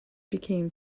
became